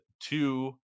two